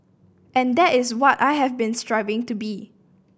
and that is what I have been striving to be